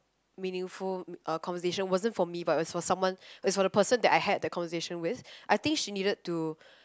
meaningful uh conversation wasn't for me but was for someone is for the person that I had the conversation with I think she needed to